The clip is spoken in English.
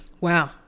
Wow